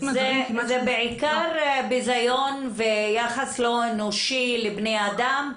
זה בעיקר בזיון ויחס לא אנושי לבני אדם,